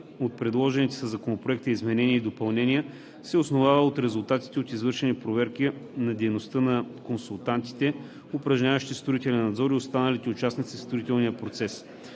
от предложените със Законопроекта изменения и допълнения се обосновава с резултатите от извършени проверки на дейността на консултантите, упражняващи строителен надзор, и останалите участници в строителния процес,